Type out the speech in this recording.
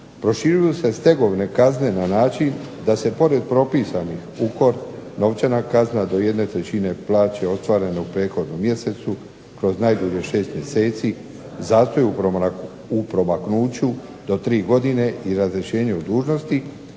proširuju se stegovne kazne na način da se pored propisanih ukor, novčana kazna do jedne trećine plaće ostvarene u prethodnom mjesecu kroz najdulje 6 mjeseci, zastoj u promaknuću do 3 godine i razrješenje od dužnosti